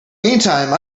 meantime